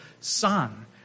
son